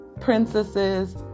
princesses